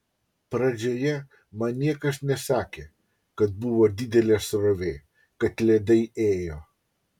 pradžioje man niekas nesakė kad buvo didelė srovė kad ledai ėjo